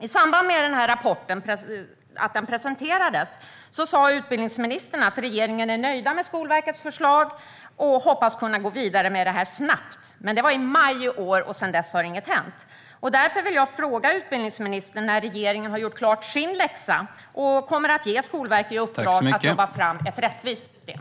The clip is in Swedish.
I samband med att rapporten presenterades sa utbildningsministern: Regeringen är nöjd med Skolverkets förslag och hoppas snabbt kunna gå vidare med det. Men det var i maj i år. Sedan dess har inget hänt. Därför vill jag fråga utbildningsministern: När har regeringen gjort sin läxa, och när kommer regeringen att ge Skolverket i uppdrag att jobba fram ett rättvist system?